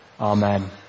Amen